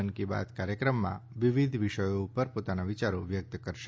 મન કી બાત કાર્યક્રમમાં વિવિધ વિષયો ઉપર પોતાના વિયારો વ્યક્ત કરશે